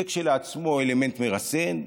זה כשלעצמו אלמנט מרסן.